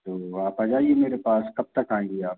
तो आप आ जाइए मेरे पास कब तक आएँगे आप